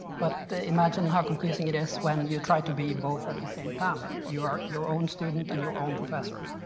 but imagine how confusing it is when you try to be both at the same time. you are your own student and your own professor.